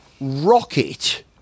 Rocket